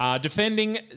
Defending